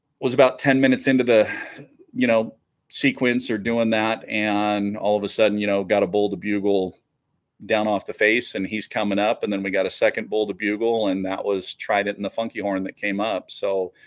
was about ten minutes into the you know sequence or doing that and all of a sudden you know got a bowl the bugle down off the face and he's coming up and then we got a second bull to bugle and that was trident and the funky horn that came up so